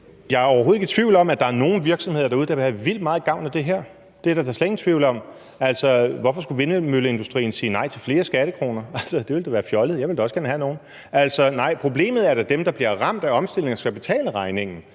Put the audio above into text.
Jeg er overhovedet ikke i tvivl om, at der er nogle virksomheder derude, der vil have vildt meget gavn af det her – det er der da slet ingen tvivl om. Altså, hvorfor skulle vindmølleindustrien sige nej til flere skattekroner? Det ville da være fjollet – jeg ville da også gerne have nogle. Nej, problemet er da dem, der bliver ramt af omstillingen og skal betale regningen